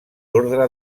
ordre